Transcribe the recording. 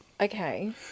okay